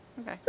okay